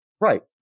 Right